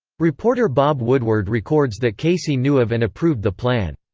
reporter bob woodward records that casey knew of and approved the plan.